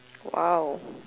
!wow!